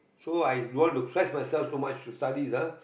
so i don't want to stress myself too much to study ah